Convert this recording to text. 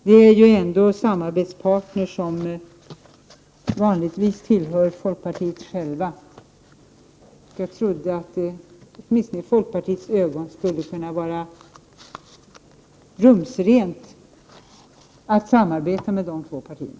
Moderata samlingspartiet och centern är ju ändå vanligtvis folkpartiets egna samarbetspartner. Jag trodde att det åtminstone i folkpartiets ögon skulle kunna vara rumsrent att samarbeta med de två partierna.